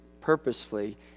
purposefully